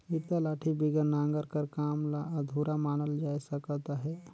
इरता लाठी बिगर नांगर कर काम ल अधुरा मानल जाए सकत अहे